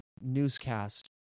newscast